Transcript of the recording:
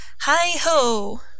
Hi-ho